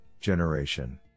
generation